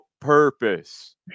purpose